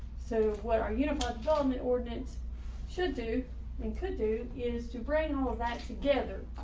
so what are unified development ordinance should do and could do is to bring all that together.